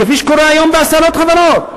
כפי שקורה היום בעשרות חברות?